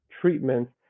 treatments